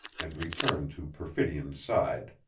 and returned to perfidion's side.